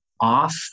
off